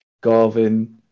Garvin